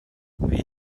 wie